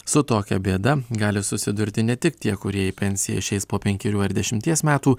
su tokia bėda gali susidurti ne tik tie kurie į pensiją išeis po penkerių ar dešimties metų